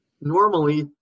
normally